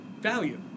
value